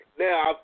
Now